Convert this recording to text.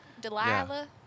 Delilah